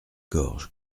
gorge